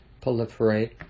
proliferate